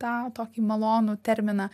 tą tokį malonų terminą